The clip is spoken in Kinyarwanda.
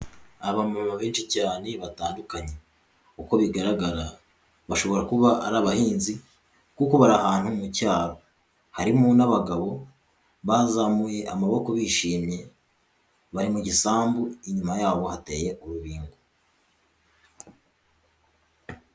Abamama benshi cyane batandukanye, uko bigaragara bashobora kuba ari abahinzi kuko bari ahantu mu cyaro, harimo n'abagabo bazamuye amaboko bishimye, bari mu gisambu inyuma yabo hateye urubingo.